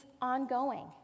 ongoing